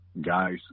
guys